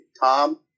Tom